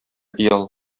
оял